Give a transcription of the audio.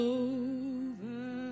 over